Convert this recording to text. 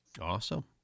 Awesome